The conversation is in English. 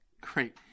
Great